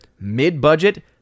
mid-budget